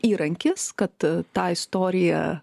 įrankis kad tą istoriją